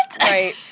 Right